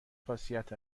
خاصیت